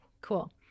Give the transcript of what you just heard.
cool